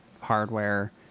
hardware